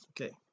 okay